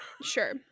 Sure